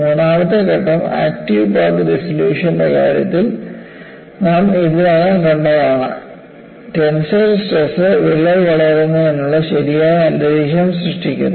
മൂന്നാമത്തെ ഘട്ടം active path ഡിസൊലൂഷൻലിന്റെ കാര്യത്തിൽ നാം ഇതിനകം കണ്ടതാണ് ടെൻസൈൽ സ്ട്രെസ് വിള്ളൽ വളരുന്നതിനുള്ള ശരിയായ അന്തരീക്ഷം സൃഷ്ടിക്കുന്നു